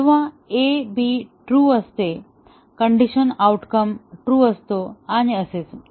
तेव्हा जेव्हा A B true असते कण्डिशन आऊटकम ट्रू असतो आणि असेच